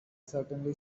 certainly